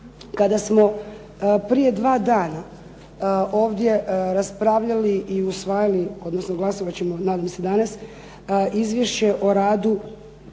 Kada smo prije dva dana ovdje raspravljali i usvajali, odnosno glasovat ćemo nadam se danas, izvješće o radu